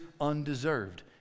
undeserved